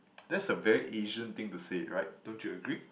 that's a very Asian thing to say right don't you agree